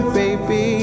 baby